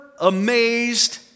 amazed